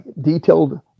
detailed